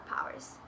powers